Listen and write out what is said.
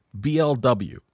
BLW